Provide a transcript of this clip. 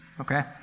Okay